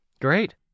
Great